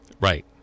Right